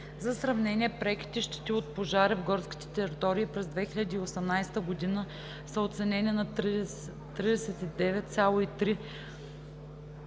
За сравнение, преките щети от пожари в горските територии през 2018 г. са оценени на 39,3